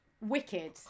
wicked